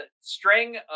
string